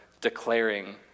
declaring